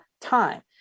time